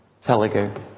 Telugu